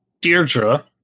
Deirdre